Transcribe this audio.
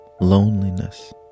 loneliness